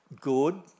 good